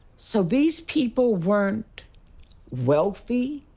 so these people weren't wealthy,